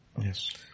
Yes